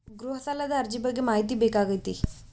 ಗೃಹ ಸಾಲದ ಅರ್ಜಿ ಬಗ್ಗೆ ಮಾಹಿತಿ ಬೇಕಾಗೈತಿ?